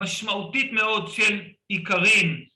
‫משמעותית מאוד של עיקרין.